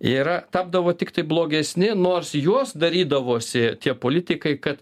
yra tapdavo tiktai blogesni nors juos darydavosi tie politikai kad